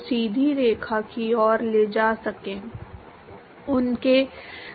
और निश्चित रूप से अब आप हमेशा जा सकते हैं और इसे गणित प्रयोगशाला या किसी अन्य कंप्यूटर सॉफ़्टवेयर में हल कर सकते हैं